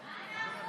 נגד מאיר פרוש,